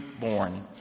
born